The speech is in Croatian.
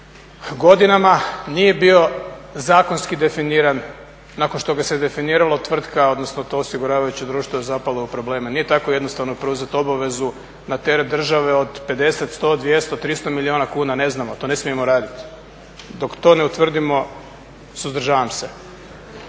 godinama, nije bio zakonski definiran. Nakon što ga se definiralo tvrtka, odnosno to osiguravajuće društvo je zapalo u probleme, nije tako jednostavno preuzeti obavezu na teret države od 50, 100, 200, 300 milijuna kuna ne znamo, to ne smijemo raditi. Dok to ne utvrdimo suzdržavam se.